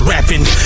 Rapping